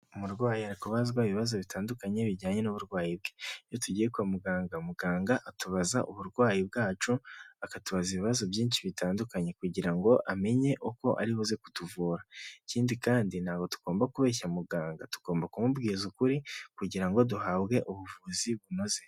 Umurwayi ari kubazwa ibibazo bitandukanye bijyanye n'uburwayi bwe, iyo tugiye kwa muganga, muganga atubaza uburwayi bwacu akatubaza ibibazo byinshi bitandukanye kugira ngo amenye uko ari buze kutuvura, ikindi kandi ntabwo tugomba kubeshya muganga, tugomba kumubwiza ukuri kugira ngo duhabwe ubuvuzi bunoze.